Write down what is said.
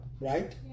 Right